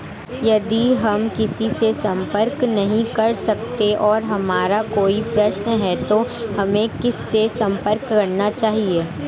यदि हम किसी से संपर्क नहीं कर सकते हैं और हमारा कोई प्रश्न है तो हमें किससे संपर्क करना चाहिए?